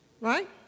Right